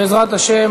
בעזרת השם,